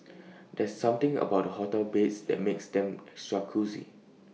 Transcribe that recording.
there's something about hotel beds that makes them extra cosy